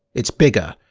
it's bigger.